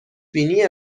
بینی